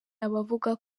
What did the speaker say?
abavuga